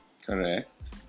Correct